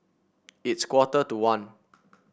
it's quarter to one